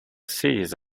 series